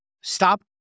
stop